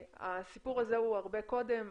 הסיפור הזה הוא הרבה קודם,